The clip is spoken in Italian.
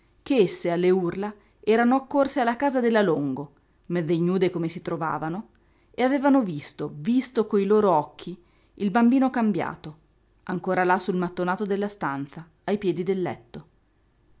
che esse alle urla erano accorse alla casa della longo mezz'ignude come si trovavano e avevano visto visto coi loro occhi il bambino cambiato ancora là sul mattonato della stanza ai piedi del letto